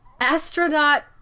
Astronaut